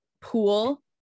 pool